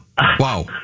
Wow